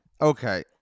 okay